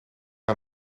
aan